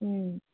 ও